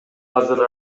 азыр